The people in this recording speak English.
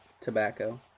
tobacco